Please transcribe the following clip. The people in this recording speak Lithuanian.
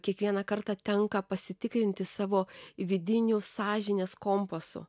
kiekvieną kartą tenka pasitikrinti savo vidiniu sąžinės kompasu